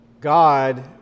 God